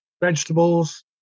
vegetables